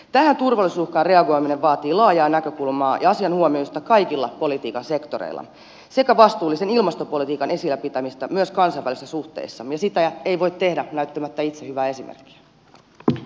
tähän turvallisuusuhkaan reagoiminen vaatii laajaa näkökulmaa ja asian huomioimista kaikilla politiikan sektoreilla sekä vastuullisen ilmastopolitiikan esillä pitämistä myös kansainvälisissä suhteissamme ja sitä ei voi tehdä näyttämättä itse hyvää esimerkkiä